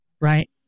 right